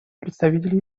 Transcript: представитель